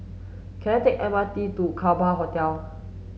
can I take M R T to Kerbau Hotel